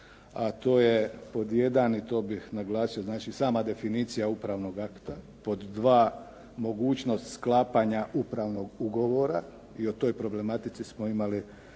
a to je pod jedan i to bih naglasio, znači sama definicija upravnog akta, pod dva mogućnost sklapanja upravnog ugovora i o toj problematici smo imali